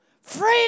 freedom